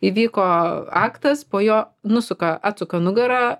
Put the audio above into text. įvyko aktas po jo nusuka atsuka nugarą